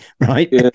right